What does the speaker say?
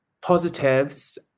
positives